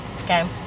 Okay